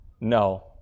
No